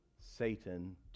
Satan